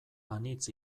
anitz